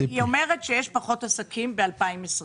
היא אומרת שיש פחות עסקים ב-2020,